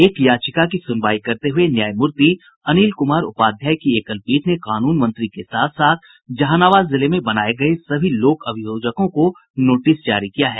एक याचिका की सुनवाई करते हुये न्यायमूर्ति अनिल कुमार उपाध्याय की एकल पीठ ने कानून मंत्री के साथ साथ जहानाबाद जिले में बनाये गये सभी लोक अभियोजकों को नोटिस जारी किया है